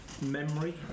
memory